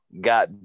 got